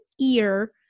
ear